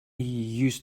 use